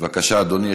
בבקשה, אדוני.